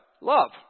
love